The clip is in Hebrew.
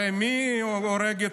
הרי מי הורג?